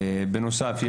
בנוסף,